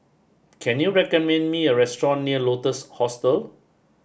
can you recommend me a restaurant near Lotus Hostel